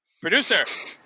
producer